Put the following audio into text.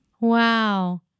Wow